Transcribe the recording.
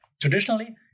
traditionally